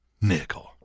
nickel